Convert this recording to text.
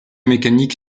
mécanique